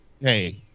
hey